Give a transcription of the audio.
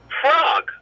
frog